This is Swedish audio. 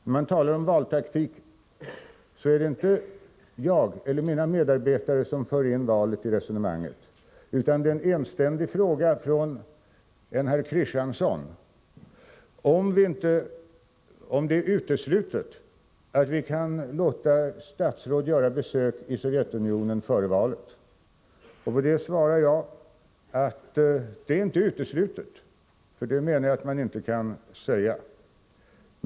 När man talar om valtaktik, så är det inte jag eller mina medarbetare som för in valet i resonemanget, utan det är en enständig fråga från en herr Christiansson, om det är uteslutet att vi kan låta statsråd göra besök i Sovjetunionen före valet. Och på det svarar jag att det är inte uteslutet, för det menar jag att man inte kan säga.